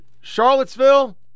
Charlottesville